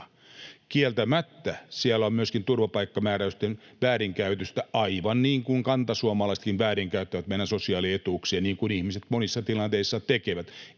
Kieltämättä siellä on myöskin turvapaikkamääräysten väärinkäyttöä, aivan niin kuin kantasuomalaisetkin väärinkäyttävät meidän sosiaalietuuksia, niin kuin ihmiset monissa tilanteissa tekevät.